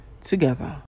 together